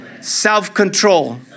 Self-control